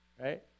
right